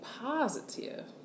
positive